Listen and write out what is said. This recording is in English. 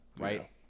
right